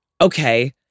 okay